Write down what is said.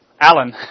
Alan